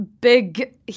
big